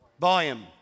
Volume